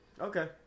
Okay